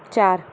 चार